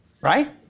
right